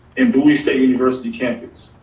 and bowie state university campus.